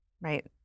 right